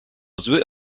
zły